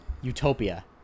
utopia